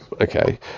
Okay